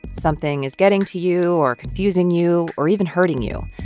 something is getting to you or confusing you or even hurting you.